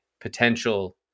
potential